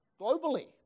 globally